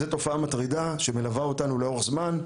זאת תופעה מטרידה שמלווה אותנו לאורך זמן.